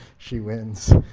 she wins